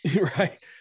right